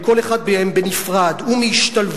מכל אחד מהם בנפרד ומהשתלבותם,